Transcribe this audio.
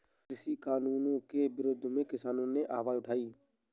कृषि कानूनों के विरोध में किसानों ने आवाज उठाई